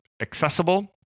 accessible